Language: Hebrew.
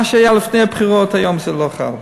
מה שהיה לפני הבחירות, היום זה לא חל.